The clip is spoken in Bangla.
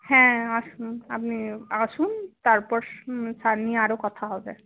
হ্যাঁ আসুন আপনি আসুন তারপর সার নিয়ে আরো কথা হবে